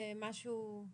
אני